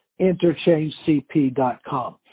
interchangecp.com